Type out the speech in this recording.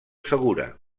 segura